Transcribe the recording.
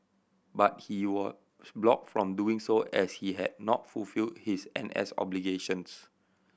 but he was blocked from doing so as he had not fulfill his N S obligations